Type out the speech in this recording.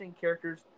characters